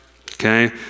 Okay